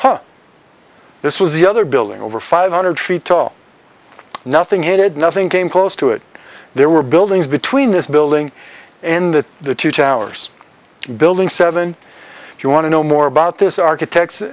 this was the other building over five hundred feet tall nothing had nothing came close to it there were buildings between this building and that the two towers building seven if you want to know more about this architects